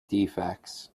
defects